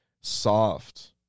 soft